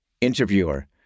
Interviewer